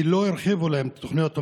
כי לא הרחיבו להם את תוכניות המתאר.